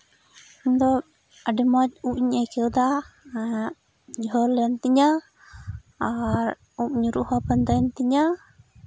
ᱟᱫᱚ ᱤᱧ ᱫᱚ ᱟᱹᱰᱤ ᱢᱚᱡᱽ ᱩᱵᱽ ᱤᱧ ᱟᱹᱭᱠᱟᱹᱣ ᱮᱫᱟ ᱡᱷᱟᱹᱞ ᱮᱱ ᱛᱤᱧᱟᱹ ᱟᱨ ᱩᱵᱽ ᱧᱩᱨᱦᱩᱜ ᱦᱚᱸ ᱵᱚᱱᱫᱚᱭᱮᱱ ᱛᱤᱧᱟᱹ